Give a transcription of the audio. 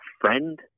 friend